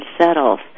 settles